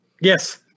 Yes